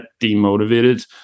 demotivated